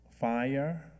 fire